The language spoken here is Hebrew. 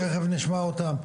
תיכף נשמע אותם.